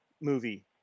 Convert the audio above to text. movie